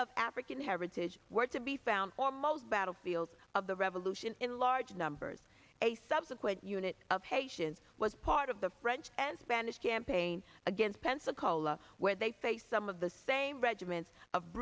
of african heritage were to be found or most battlefields of the revolution in large numbers a subsequent unit of haitians was part of the french and spanish campaign against pensacola where they faced some of the same regiments of